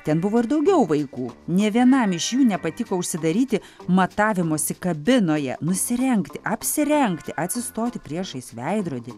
ten buvo ir daugiau vaikų nė vienam iš jų nepatiko užsidaryti matavimosi kabinoje nusirengti apsirengti atsistoti priešais veidrodį